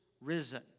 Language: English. risen